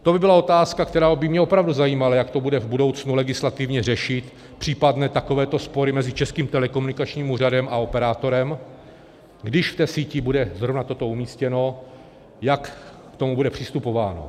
To by byla otázka, která by mě opravdu zajímala, jak se to bude v budoucnu legislativně řešit, případné takovéto spory mezi Českým telekomunikačním úřadem a operátorem, když v té síti bude zrovna toto umístěno, jak k tomu bude přistupováno.